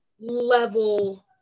level